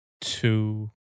two